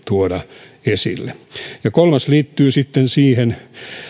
tuoda esille kolmas liittyy sitten siihen